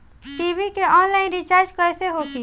TV के online recharge कैसे होखी?